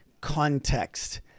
context